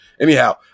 anyhow